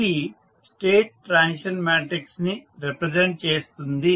ఇది state transition matrix ని represent చేస్తుంది